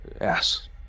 yes